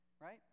right